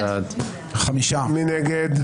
מי נגד?